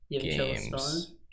Games